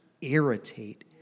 irritate